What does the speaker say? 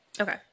Okay